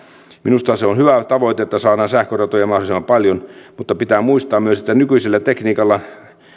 minusta se on hyvä tavoite että saadaan sähköratoja mahdollisimman paljon mutta pitää muistaa myös että nykyisellä tekniikalla lng